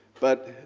but